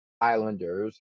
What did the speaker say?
Islanders